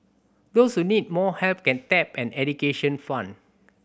those who need more help can tap an education fund